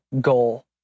goal